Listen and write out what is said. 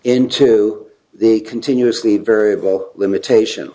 into the continuously variable limitation